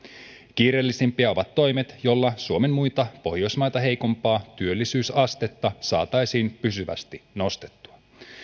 kiireellisimpiä ovat toimet joilla suomen muita pohjoismaita heikompaa työllisyysastetta saataisiin pysyvästi nostettua